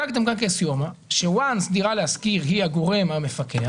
הצגתם כאן כאקסיומה שברגע שדירה להשכיר היא הגורם המפקח,